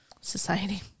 society